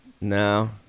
No